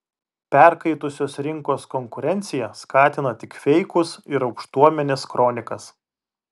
perkaitusios rinkos konkurencija skatina tik feikus ir aukštuomenės kronikas